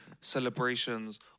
celebrations